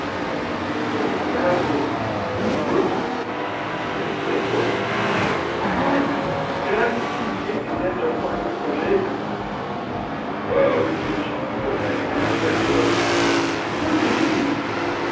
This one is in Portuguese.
nesse caso estamos ricos temos cem contos ora graças que um dia fizeste alguma coisa com jeito qual eu continuo a ser o rei dos caiporas não digas isso